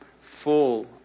full